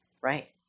right